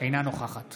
אינה נוכחת